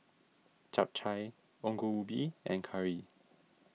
Chap Chai Ongol Ubi and curry